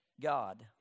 God